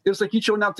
ir sakyčiau net